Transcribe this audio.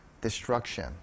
destruction